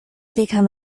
become